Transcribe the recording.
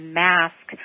mask